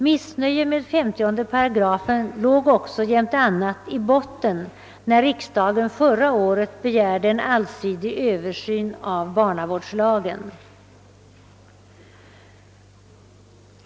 Missnöje med 508 låg också, jämte annat, i botten när riksdagen förra året begärde en allsidig översyn av barnavårdslagen.